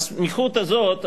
הסמיכות הזאת,